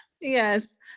Yes